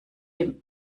dem